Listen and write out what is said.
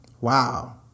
Wow